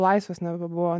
laisvės nebebuvo